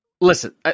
Listen